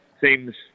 Seems